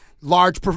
large